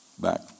back